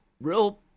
real